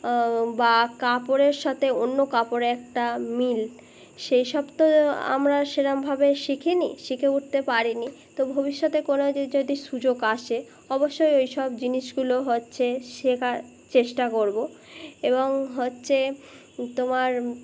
বা কাপড়ের সাথে অন্য কাপড়ে একটা মিল সেই সব তো আমরা সেরমভাবে শিখি নি শিখে উঠতে পারি নি তো ভবিষ্যতে কোনো যদি সুযোগ আসে অবশ্যই ওই সব জিনিসগুলো হচ্ছে শেখার চেষ্টা করবো এবং হচ্ছে তোমার